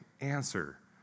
answer